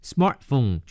Smartphone